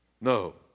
No